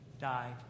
died